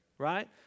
Right